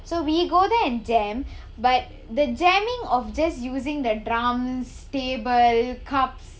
so we go there and jam but the jamming of just using the drums table cups